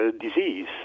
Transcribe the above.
disease